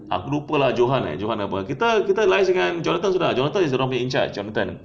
aku lupa lah johan eh johan apa kita kita liaise dengan jonathan sudah jonathan is dia orang punya in-charge yang intern